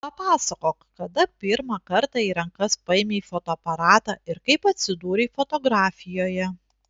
papasakok kada pirmą kartą į rankas paėmei fotoaparatą ir kaip atsidūrei fotografijoje